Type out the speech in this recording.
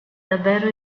davvero